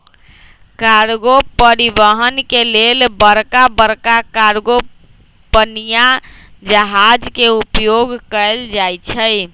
cargo परिवहन के लेल बड़का बड़का कार्गो पनिया जहाज के उपयोग कएल जाइ छइ